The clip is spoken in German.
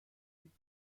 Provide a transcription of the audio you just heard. zieht